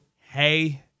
hey